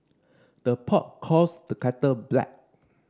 the pot calls the kettle black